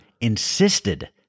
insisted